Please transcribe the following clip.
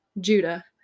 Judah